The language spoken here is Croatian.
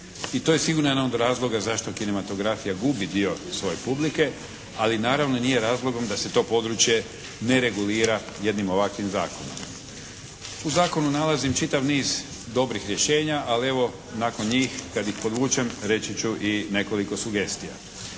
i to je sigurno jedan od razloga zašto kinematografija gubi dio svoje publike, ali naravno nije razlogom da se to područje ne regulira jednim ovakvim Zakonom. U zakonu nalazim čitav niz dobrih rješenja, ali evo nakon njih kad ih podvučem reći ću i nekoliko sugestija.